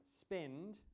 spend